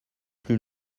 plus